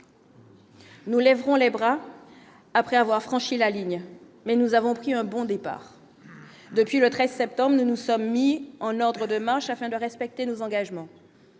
Nous lèverons les bras après avoir franchi la ligne, mais nous avons pris un bon départ depuis le 13 septembre 2 nous sommes mis en ordre de marche afin de respecter nos engagements